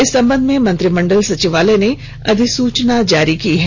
इस संबध में मंत्रिमंडल सचिवालय ने अधिसूचना जारी की है